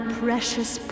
precious